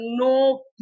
no